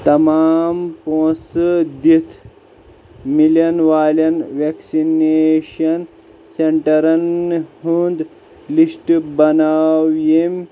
تَمام پونٛسہٕ دِتھ میلَن والیٚن ویٚکسِنیشن سیٚنٹَرَن ہنٛد لِسٹ بَناو یِم